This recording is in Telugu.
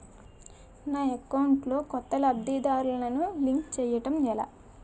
నా అకౌంట్ లో కొత్త లబ్ధిదారులను లింక్ చేయటం ఎలా?